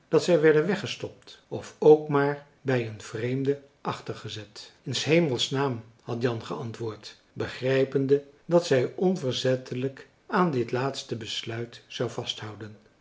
dat zij werden weggestopt of ook maar bij een vreemde achtergezet marcellus emants een drietal novellen in s hemelsnaam had jan geantwoord begrijpende dat zij onverzettelijk aan dit laatste besluit zou vasthouden